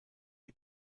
die